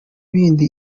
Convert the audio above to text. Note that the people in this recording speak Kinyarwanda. ibindi